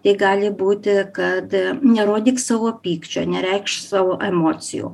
tai gali būti kad nerodyk savo pykčio nereikšk savo emocijų